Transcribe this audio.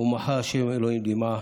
ומחה ה' אלוקים דמעה.